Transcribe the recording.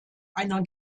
einer